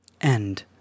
End